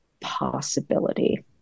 possibility